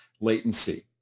latency